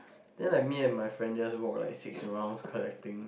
then like me and my friend just walk like six rounds collecting